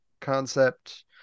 concept